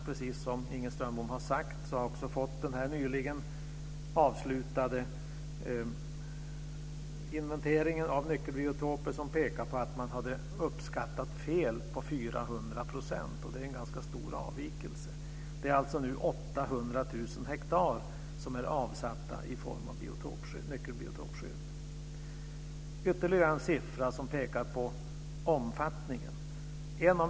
Precis som Inger Strömbom sade har vi fått den nyligen avslutade inventeringen av nyckelbiotoper, som pekar på att man har uppskattat fel med 400 %. Det är en ganska stor avvikelse. Det är alltså nu 800 000 hektar som är avsatta och har nyckelbiotopskydd. Jag har ytterligare en siffra som pekar på omfattningen.